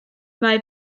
mae